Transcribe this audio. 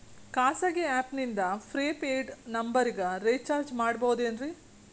ಖಾಸಗಿ ಆ್ಯಪ್ ನಿಂದ prepaid ನಂಬರಿಗ ರೇಚಾರ್ಜ್ ಮಾಡಬಹುದೇನ್ರಿ?